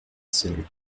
seule